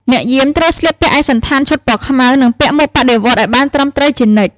អ្នកយាមត្រូវស្លៀកពាក់ឯកសណ្ឋានឈុតពណ៌ខ្មៅ និងពាក់មួកបដិវត្តន៍ឱ្យបានត្រឹមត្រូវជានិច្ច។